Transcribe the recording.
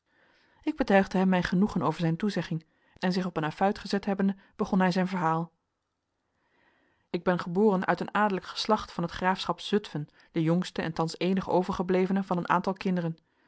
ik betuigde hem mijn genoegen over zijn toezegging en zich op een affuit gezet hebbende begon hij zijn verhaal ik ben geboren uit een adellijk geslacht van het graafschap zutfen de jongste en thans eenig overgeblevene van een aantal kinderen